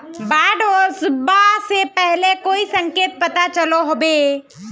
बाढ़ ओसबा से पहले कोई संकेत पता चलो होबे?